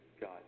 God